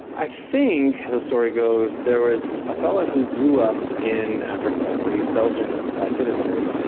i think, as the story goes, there was a fellow who grew up in africa but he is belgian by citizenry,